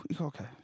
Okay